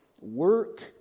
work